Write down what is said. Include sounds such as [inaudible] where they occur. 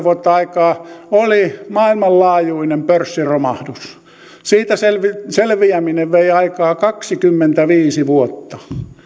[unintelligible] vuotta aikaa oli maailmanlaajuinen pörssiromahdus siitä selviäminen vei aikaa kaksikymmentäviisi vuotta